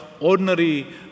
ordinary